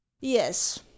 yes